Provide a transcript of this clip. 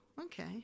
okay